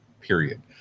period